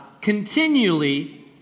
continually